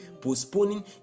postponing